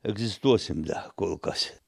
egzistuosim da kol kas